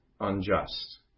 Unjust